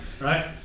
Right